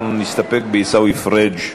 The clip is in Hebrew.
אנחנו נסתפק בעיסאווי פריג',